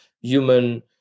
human